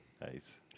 Nice